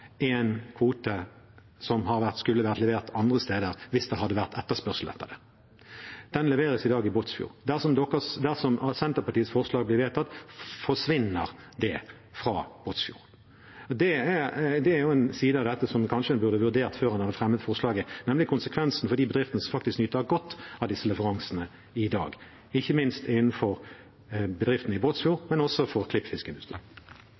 en kvote som skulle ha vært levert andre steder – hvis det hadde vært etterspørsel etter det. Den leveres i dag i Båtsfjord. Dersom Senterpartiets forslag blir vedtatt, forsvinner det fra Båtsfjord. Det er jo en side av dette som man kanskje burde vurdert før man hadde fremmet forslaget, nemlig konsekvensen for de bedriftene som faktisk nyter godt av disse leveransene i dag, ikke minst for bedriften i Båtsfjord,